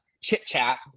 chit-chat